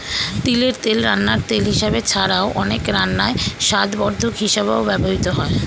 তিলের তেল রান্নার তেল হিসাবে ছাড়াও, অনেক রান্নায় স্বাদবর্ধক হিসাবেও ব্যবহৃত হয়